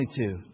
22